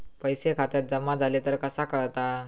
पैसे खात्यात जमा झाले तर कसा कळता?